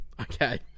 Okay